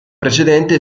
precedente